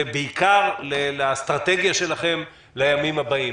ובעיקר לאסטרטגיה שלכם לימים הבאים.